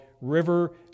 River